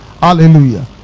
Hallelujah